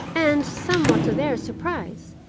and, somewhat to their surprise,